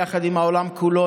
יחד עם העולם כולו,